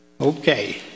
Okay